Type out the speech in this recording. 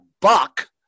buck –